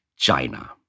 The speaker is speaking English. China